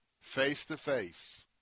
face-to-face